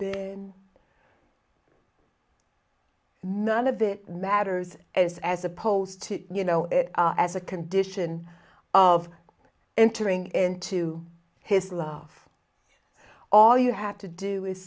been none of it matters as as opposed to you know as a condition of entering into his love all you had to do is